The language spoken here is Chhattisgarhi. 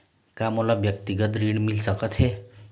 का मोला व्यक्तिगत ऋण मिल सकत हे?